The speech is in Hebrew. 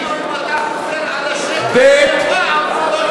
אפילו אם אתה חוזר על השקר אלף פעם זה לא יהיה, ב.